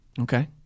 Okay